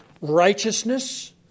Righteousness